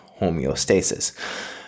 homeostasis